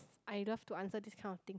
I love to answer this kind of thing